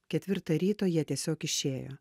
ketvirtą ryto jie tiesiog išėjo